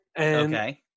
Okay